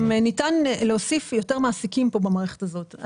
גם ניתן להוסיף יותר מעסיקים במערכת הזאת.